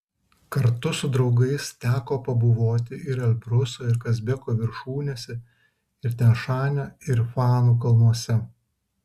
kartu su draugais teko pabuvoti ir elbruso ir kazbeko viršūnėse ir tian šanio ir fanų kalnuose